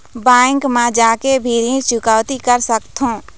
Bank मा जाके भी ऋण चुकौती कर सकथों?